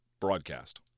broadcast